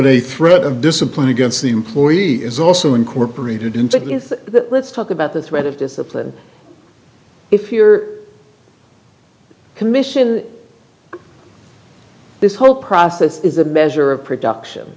a threat of discipline against the employee is also incorporated into give let's talk about the threat of discipline if your commission this whole process is a measure of production